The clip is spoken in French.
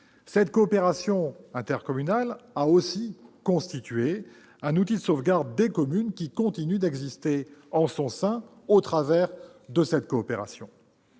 Cette coopération intercommunale a ainsi constitué un outil de sauvegarde des communes, qui continuent d'exister en son sein. Or communes et intercommunalité